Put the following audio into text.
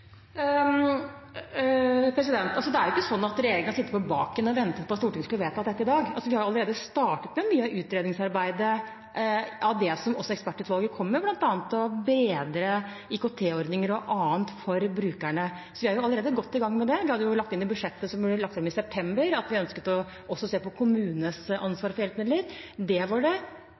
Det er ikke sånn at regjeringen sitter på baken og venter på at Stortinget skulle vedta dette i dag. Vi har allerede startet med mye av utredningsarbeidet – det som også ekspertutvalget kom med, bl.a. å bedre IKT-ordninger og annet for brukerne. Vi er allerede godt i gang med det. I budsjettet, som ble lagt fram i september, hadde vi lagt inn at vi også ønsket å se på kommunenes ansvar for hjelpemidler. Det var det